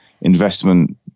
investment